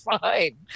fine